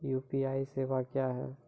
UPI सेवा क्या हैं?